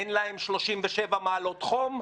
אין להם 37 מעלות חום,